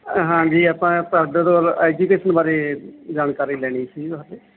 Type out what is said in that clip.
ਹਾਂਜੀ ਆਪਾਂ ਤੁਹਾਡੇ ਤੋਂ ਐਜੂਕੇਸ਼ਨ ਬਾਰੇ ਜਾਣਕਾਰੀ ਲੈਣੀ ਸੀ ਤੋਹਾਤੇ